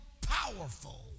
powerful